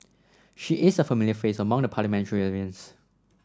she is a familiar face among the parliamentarians